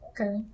okay